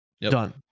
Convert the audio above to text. Done